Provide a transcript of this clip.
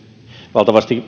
valtavasti